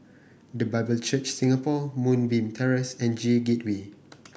The Bible Church Singapore Moonbeam Terrace and J Gateway